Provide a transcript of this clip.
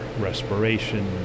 respiration